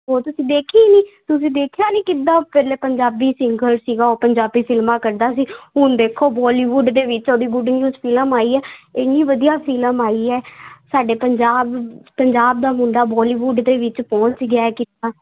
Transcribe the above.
ਉਹ ਤੁਸੀਂ ਦੇਖੀ ਹੀ ਨਹੀਂ ਤੁਸੀਂ ਦੇਖਿਆ ਨਹੀਂ ਕਿੱਦਾਂ ਉਹ ਪਹਿਲਾਂ ਪੰਜਾਬੀ ਸਿੰਗਰ ਸੀਗਾ ਉਹ ਪੰਜਾਬੀ ਫਿਲਮਾਂ ਕੱਢਦਾ ਸੀ ਹੁਣ ਦੇਖੋ ਬੋਲੀਵੁੱਡ ਦੇ ਵਿੱਚ ਉਹਦੀ ਗੁੱਡ ਨਿਊਜ਼ ਫਿਲਮ ਆਈ ਹੈ ਇੰਨੀ ਵਧੀਆ ਫਿਲਮ ਆਈ ਹੈ ਸਾਡੇ ਪੰਜਾਬ ਪੰਜਾਬ ਦਾ ਮੁੰਡਾ ਬੋਲੀਵੁੱਡ ਦੇ ਵਿੱਚ ਪਹੁੰਚ ਆ ਗਿਆ ਕਿੱਦਾਂ